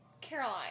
Caroline